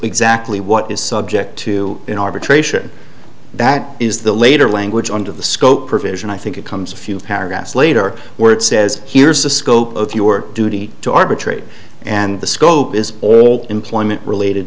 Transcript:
exactly what is subject to an arbitration that is the later language under the scope provision i think it comes a few paragraphs later where it says here's the scope of your duty to arbitrate and the scope is all employment related